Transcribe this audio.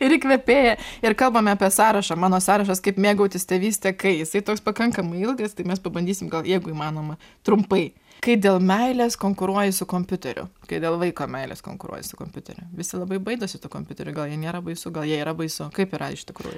ir įkvėpėja ir kalbame apie sąrašą mano sąrašas kaip mėgautis tėvyste kai jisai toks pakankamai ilgas tai mes pabandysim jeigu įmanoma trumpai kaip dėl meilės konkuruoji su kompiuteriu kai dėl vaiko meilės konkuruoji su kompiuteriu visi labai baidosi tų kompiuterių gal jie nėra baisu gal jie yra baisu kaip yra iš tikrųjų